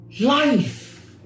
life